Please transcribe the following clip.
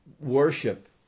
worship